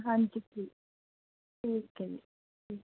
ਹਾਂਜੀ ਠੀਕ ਠੀਕ ਹੈ ਜੀ ਠੀਕ